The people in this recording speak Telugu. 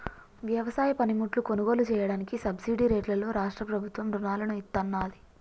వ్యవసాయ పనిముట్లు కొనుగోలు చెయ్యడానికి సబ్సిడీ రేట్లలో రాష్ట్ర ప్రభుత్వం రుణాలను ఇత్తన్నాది